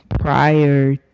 prior